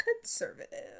conservative